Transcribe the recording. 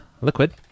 liquid